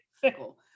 fickle